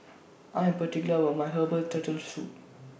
I Am particular about My Herbal Turtle Soup